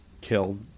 killed